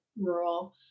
rural